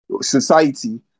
society